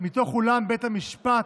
מתוך אולם בית המשפט,